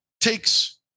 takes